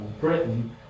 Britain